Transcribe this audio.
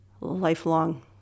lifelong